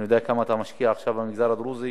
אני יודע כמה אתה משקיע עכשיו במגזר הדרוזי.